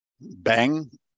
bang